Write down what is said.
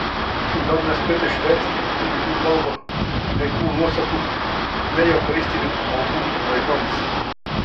dar nespėta išversti į lietuvių kalbą nei tų nuostatų nei eucharistinių maldų vaikams